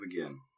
again